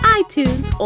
iTunes